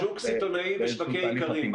שוק סיטונאי ושווקי איכרים.